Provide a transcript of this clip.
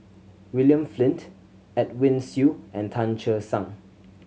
William Flint Edwin Siew and Tan Che Sang